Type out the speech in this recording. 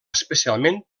especialment